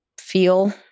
feel